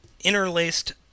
interlaced